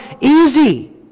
easy